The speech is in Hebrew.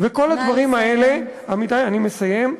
וכל הדברים האלה, עמיתי, נא לסיים.